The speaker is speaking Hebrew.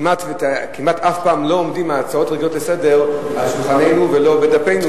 כמעט אף פעם לא עומדות הצעות רגילות לסדר-היום על שולחננו ולא בדפינו,